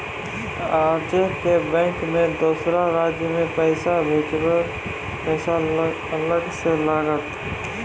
आजे के बैंक मे दोसर राज्य मे पैसा भेजबऽ पैसा अलग से लागत?